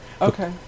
Okay